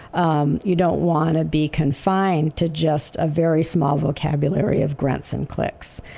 um you don't want to be confined to just a very small vocabulary of grunts and clicks,